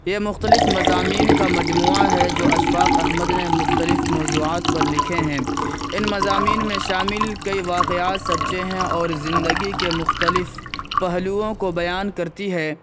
یہ مختلف مضامین کا مجموعہ ہے جو اشفاق احمد نے مختلف موضوعات پر لکھے ہیں ان مضامین میں شامل کئی واقعات سچے ہیں اور زندگی کے مختلف پہلوؤں کو بیان کرتی ہے